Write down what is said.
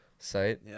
site